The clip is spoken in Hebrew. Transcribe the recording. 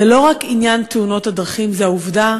זה לא רק עניין תאונות הדרכים, זו העובדה